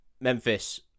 Memphis